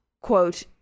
quote